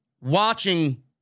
watching